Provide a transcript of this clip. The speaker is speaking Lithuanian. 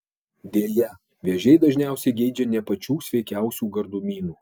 deja vėžiai dažniausiai geidžia ne pačių sveikiausių gardumynų